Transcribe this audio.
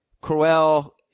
Crowell